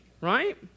Right